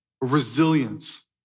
resilience